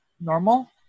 normal